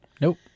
Nope